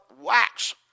wax